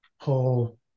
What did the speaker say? pull